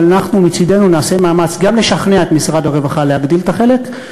אבל אנחנו מצדנו נעשה מאמץ גם לשכנע את משרד הרווחה להגדיל את החלק,